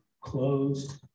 closed